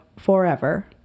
forever